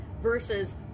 versus